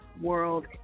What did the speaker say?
World